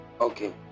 okay